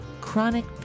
chronic